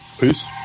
peace